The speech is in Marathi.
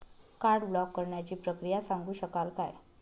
कार्ड ब्लॉक करण्याची प्रक्रिया सांगू शकाल काय?